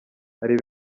hari